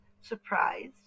surprise